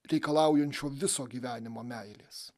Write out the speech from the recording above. reikalaujančiu viso gyvenimo meilės